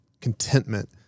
contentment